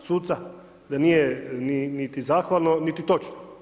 suca, da nije niti zahvalno niti točno.